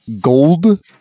gold